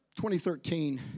2013